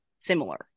similar